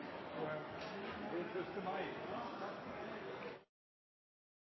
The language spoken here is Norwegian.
første